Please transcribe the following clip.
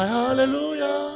hallelujah